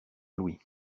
louis